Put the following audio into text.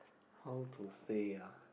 how to say ah